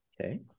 Okay